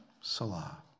Salah